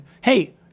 hey